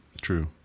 True